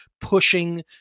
pushing